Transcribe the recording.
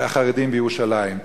החרדים בירושלים.